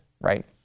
right